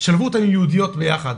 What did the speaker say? שלבו אותן עם יהודיות ביחד.